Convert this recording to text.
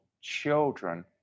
children